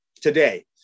today